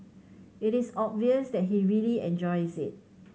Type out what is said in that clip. it is obvious that he really enjoys it